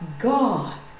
god